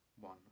one